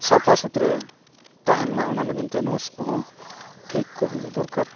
ᱥᱟᱯᱷᱟ ᱥᱩᱛᱨᱟᱹ ᱛᱟᱦᱮᱱ ᱢᱟ ᱚᱱᱟ ᱞᱟᱹᱜᱤᱫ ᱛᱮ ᱱᱟᱨᱥ ᱠᱚᱦᱚᱸ ᱴᱷᱤᱠ ᱠᱚ ᱦᱩᱭᱩᱜ ᱫᱚᱨᱠᱟᱨ